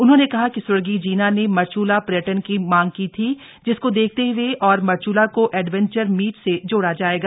उन्होंने कहा कि स्वर्गीय जीना ने मरचूला पर्यटन की मांग की थी जिसको देखते हए और मरचुला को एडवेंचर मीट से जोड़ा जायेगा